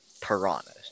piranhas